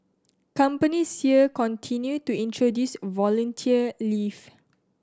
companies here continue to introduce volunteer leave